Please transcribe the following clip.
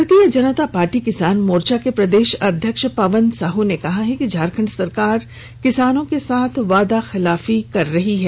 भारतीय जनता पार्टी किसान मोर्चा के प्रदेश अध्यक्ष पवन साहू ने कहा कि झारखंड सरकार पर किसानों के साथ वादाखिलाफी करने का आरोप लगाया है